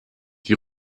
die